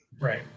Right